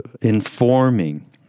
informing